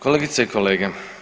Kolegice i kolege.